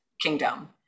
kingdom